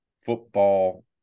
football